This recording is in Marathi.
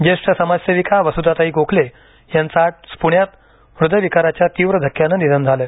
ज्येष्ठ समाजसेविका वस्धाताई गोखले यांचं आज पृण्यात हृदयविकाराच्या तीव्र धक्क्यानं निधन झालं